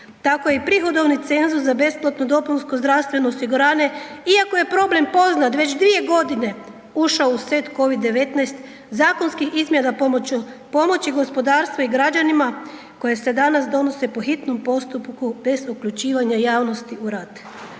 Tako je i prihodovni cenzus za besplatno dopunsko zdravstveno osiguranje, iako je problem poznat već 2.g., ušao u set COVID-19 zakonskih izmjena pomoću, pomoći gospodarstvu i građanima koje se danas donose po hitnom postupku bez uključivanja javnosti u rad.